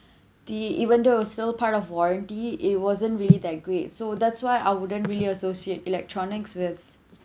the even though it's still part of warranty it wasn't really that great so that's why I wouldn't really associate electronics with